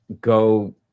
go